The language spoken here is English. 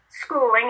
schooling